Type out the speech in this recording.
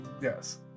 Yes